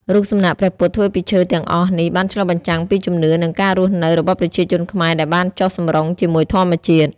រូបសំណាកព្រះពុទ្ធធ្វើពីឈើទាំងអស់នេះបានឆ្លុះបញ្ចាំងពីជំនឿ និងការរស់នៅរបស់ប្រជាជនខ្មែរដែលបានចុះសម្រុងជាមួយធម្មជាតិ។